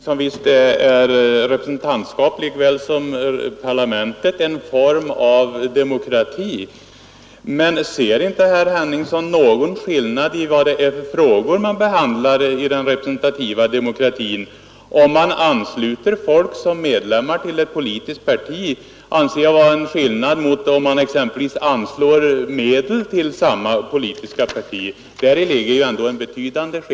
Fru talman! Visst är representantskapen lika väl som parlamentet en form av demokrati, herr Henningsson. Men ser inte herr Henningsson någon skillnad mellan de frågor som behandlas i den representativa demokratin? Jag anser att det är en betydande skillnad mellan att ansluta folk som medlemmar i ett politiskt parti och att exempelvis anslå medel till samma politiska parti.